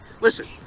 Listen